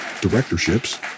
directorships